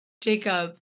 Jacob